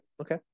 okay